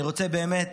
אני רוצה באמת